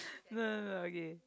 no no no okay